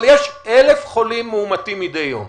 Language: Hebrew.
אבל יש 1,000 חולים מאומתים מדי יום.